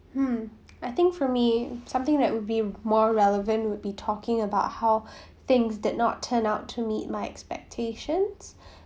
um I think for me something that would be more relevant would be talking about how things did not turn out to meet my expectations